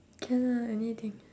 can ah anything